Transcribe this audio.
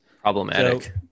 problematic